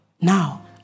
Now